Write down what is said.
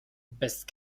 best